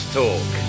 talk